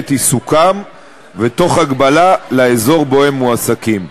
עיסוקם ותוך הגבלה לאזור שבו הם מועסקים.